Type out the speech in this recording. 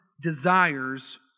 desires